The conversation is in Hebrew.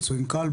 פצועים קל,